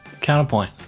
Counterpoint